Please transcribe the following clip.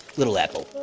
little apple.